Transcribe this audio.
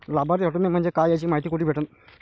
लाभार्थी हटोने म्हंजे काय याची मायती कुठी भेटन?